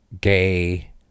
gay